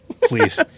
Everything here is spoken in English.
please